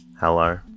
Hello